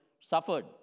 suffered